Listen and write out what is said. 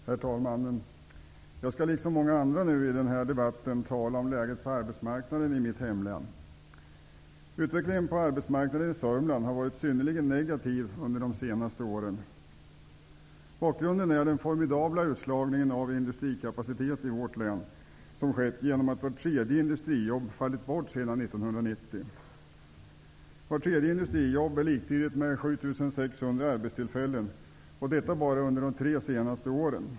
Herr talman! Jag skall liksom många andra nu i den här debatten tala om läget på arbetsmarknaden i mitt hemlän. Utvecklingen på arbetsmarknaden i Sörmland har varit synnerligen negativ under de senaste åren. Bakgrunden är den formidabla utslagningen som skett av industrikapacitet i vårt län, genom att vart tredje industrijobb fallit bort sedan 1990. Vart tredje industrijobb är liktydigt med 7 600 arbetstillfällen -- och detta bara under de tre senaste åren.